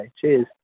Cheers